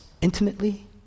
intimately